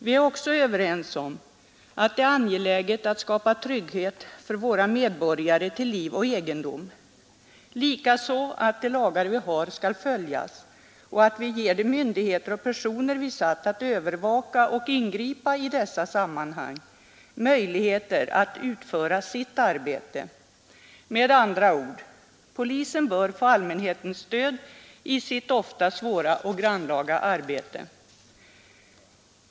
Vi är också överens om att det är angeläget att skapa trygghet för våra medborgare till liv och egendom, likaså att de lagar vi har skall följas och att ge de myndigheter och personer vi satt att övervaka och ingripa i dessa sammanhang möjligheter att utföra sitt arbete. Med andra ord: Polisen bör få allmänhetens stöd i sitt ofta svåra och grannlaga arbete.